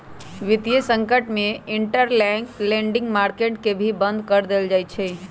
वितीय संकट में इंटरबैंक लेंडिंग मार्केट के बंद भी कर देयल जा हई